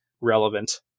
relevant